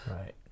Right